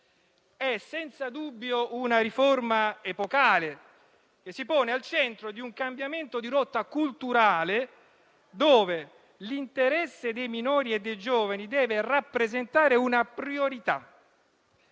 È senza dubbio una riforma epocale e si pone al centro di un cambiamento di rotta culturale, dove l'interesse dei minori e dei giovani deve rappresentare una priorità,